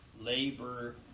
labor